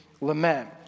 lament